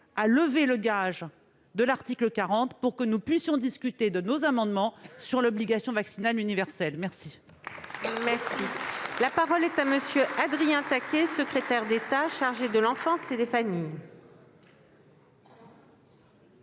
à lever le gage de l'article 40 pour que nous puissions discuter de nos amendements sur l'obligation vaccinale universelle ?